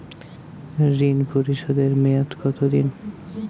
ঋণ পরিশোধের মেয়াদ কত দিন?